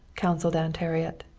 counseled aunt harriet.